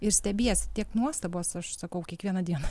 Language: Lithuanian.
ir stebiesi tiek nuostabos aš sakau kiekvieną dieną